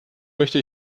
möchte